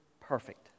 perfect